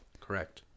correct